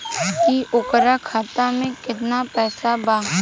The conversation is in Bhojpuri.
की ओकरा खाता मे कितना पैसा बा?